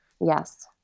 Yes